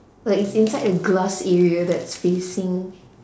like it's inside a glass area that's facing